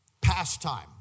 Pastime